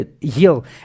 heal